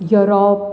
Europe